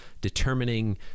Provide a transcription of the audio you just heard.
determining